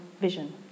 vision